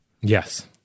Yes